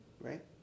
right